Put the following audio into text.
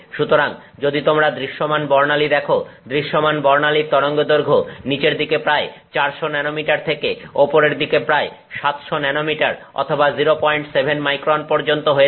সুতরাং যদি তোমরা দৃশ্যমান বর্ণালী দেখো দৃশ্যমান বর্ণালীর তরঙ্গদৈর্ঘ্য নিচের দিকে প্রায় 400 ন্যানোমিটার থেকে ওপরের দিকে প্রায় 700 ন্যানোমিটার অথবা 07 মাইক্রন পর্যন্ত হয়ে থাকে